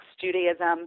Judaism